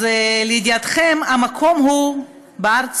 אז לידיעתכם, המקום הוא בהר-ציון,